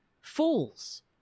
fools